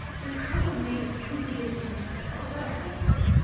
this cart was made of three wheels and was propelled by a falling weight.